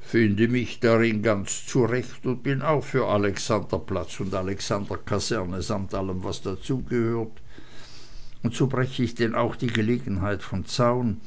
finde mich ganz darin zurecht und bin auch für alexanderplatz und alexanderkaserne samt allem was dazugehört und so brech ich denn auch die gelegenheit vom zaun